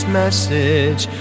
message